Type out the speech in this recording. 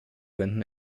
wenden